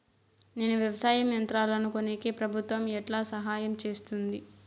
నేను వ్యవసాయం యంత్రాలను కొనేకి ప్రభుత్వ ఎట్లా సహాయం చేస్తుంది?